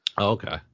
Okay